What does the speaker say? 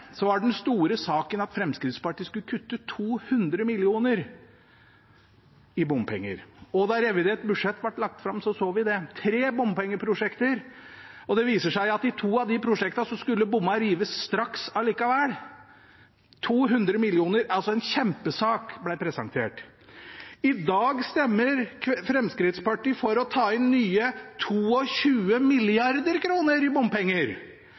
Så vil jeg si: Under landsmøtet i Fremskrittspartiet var den store saken at Fremskrittspartiet skulle kutte 200 mill. kr i bompenger. Da revidert budsjett ble lagt fram, så vi det: Tre bompengeprosjekter, og det viser seg at i to av prosjektene skulle bommene rives straks allikevel. 200 mill. kr ble altså presentert som en kjempesak. I dag stemmer Fremskrittspartiet for å ta inn nye 22 mrd. kr i bompenger